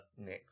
next